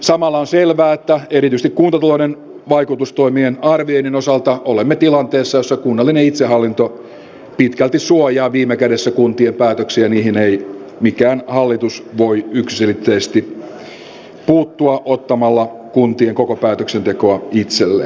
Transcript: samalla on selvää että erityisesti kuntatalouden vaikutustoimien arvioinnin osalta olemme tilanteessa jossa kunnallinen itsehallinto pitkälti suojaa viime kädessä kuntien päätöksiä ja niihin ei mikään hallitus voi yksiselitteisesti puuttua ottamalla kuntien koko päätöksentekoa itselleen